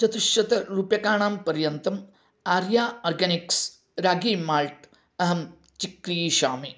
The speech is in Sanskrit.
चतुश्शतरूप्यकाणां पर्यन्तम् आर्या आर्गानिक्स् रागी माल्ट् अहं चिक्रीषामि